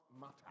matter